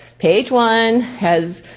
page one has,